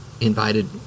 invited